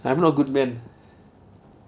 I'm not a good man